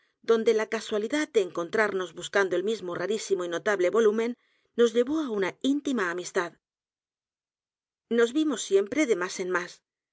donde la casualidad de encont r a r n o s buscando el mismo rarísimo y notable volumen nos llevó á una íntima amistad nos vimos siempre de más en más